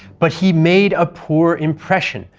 but he made a poor impression,